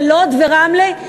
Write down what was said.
לוד ורמלה,